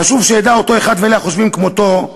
חשוב שידע אותו אחד, ואלה החושבים כמותו,